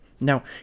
Now